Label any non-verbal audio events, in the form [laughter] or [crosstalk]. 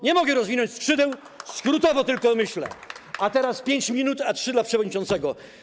Nie mogę rozwinąć skrzydeł, skrótowo tylko mówię, [applause] teraz 5 minut, a 3 minuty dla przewodniczącego.